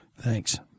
Thanks